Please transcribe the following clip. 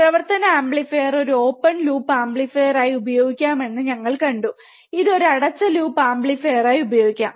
പ്രവർത്തന ആംപ്ലിഫയർ ഒരു open loop ആംപ്ലിഫയറായി ഉപയോഗിക്കാമെന്ന് ഞങ്ങൾ കണ്ടു ഇത് ഒരു അടച്ച ലൂപ്പ് ആംപ്ലിഫയറായി ഉപയോഗിക്കാം